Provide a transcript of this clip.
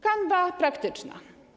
Kanwa praktyczna.